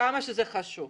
כמה שזה חשוב,